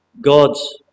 God's